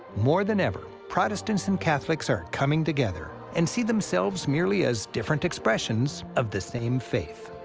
more than ever, protestants and catholics are coming together, and see themselves merely as different expressions of the same faith.